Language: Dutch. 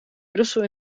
brussel